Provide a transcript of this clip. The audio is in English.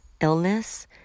illness